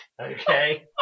okay